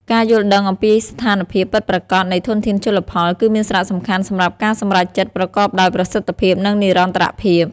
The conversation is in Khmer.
ការយល់ដឹងអំពីស្ថានភាពពិតប្រាកដនៃធនធានជលផល គឺមានសារៈសំខាន់សម្រាប់ការសម្រេចចិត្តប្រកបដោយប្រសិទ្ធភាព និងនិរន្តរភាព។